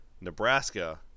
Nebraska